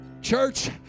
Church